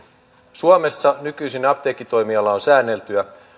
suomessa nykyisin apteekkitoimiala on säänneltyä